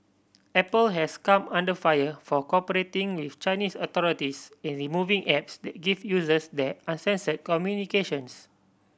Apple has come under fire for cooperating with Chinese authorities in the removing apps that give users there uncensored communications